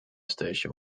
station